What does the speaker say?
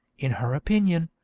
in her opinion,